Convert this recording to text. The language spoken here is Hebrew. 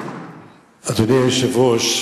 אדוני היושב-ראש,